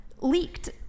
leaked